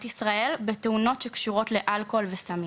ישראל בתאונות שקשורות לאלכוהול וסמים.